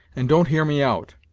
and don't hear me out.